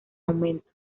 aumento